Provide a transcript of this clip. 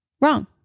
wrong